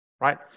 right